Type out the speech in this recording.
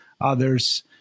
others